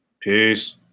Peace